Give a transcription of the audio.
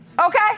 Okay